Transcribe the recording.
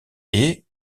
est